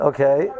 Okay